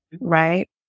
right